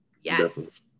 Yes